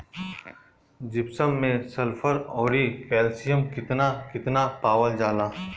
Gypsum मैं sulphur औरी calcium कितना कितना पावल जाला?